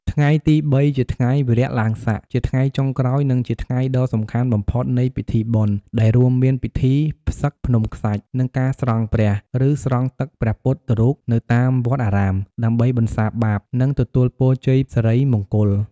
ថ្ងៃទី ៣ ជាថ្ងៃវារៈឡើងស័ក ជាថ្ងៃចុងក្រោយ និងជាថ្ងៃដ៏សំខាន់បំផុតនៃពិធីបុណ្យ ដែលរួមមានពិធី ផ្សឹកភ្នំខ្សាច់ និង ការស្រង់ព្រះ ឬស្រង់ទឹកព្រះពុទ្ធរូបនៅតាមវត្តអារាម ដើម្បីបន្សាបបាប និងទទួលពរជ័យសិរីមង្គល។